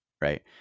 Right